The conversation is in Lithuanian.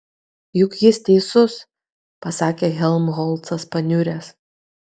juk jis teisus pasakė helmholcas paniuręs